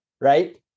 right